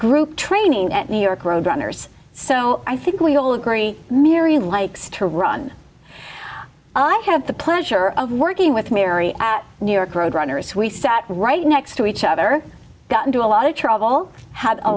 group training at new york road runners so i think we all agree miry likes to run i have the pleasure of working with mary at new york road runners we sat right next to each other got into a lot of trouble had a